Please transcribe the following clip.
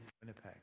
Winnipeg